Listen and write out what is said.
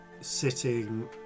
sitting